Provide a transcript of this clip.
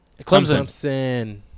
Clemson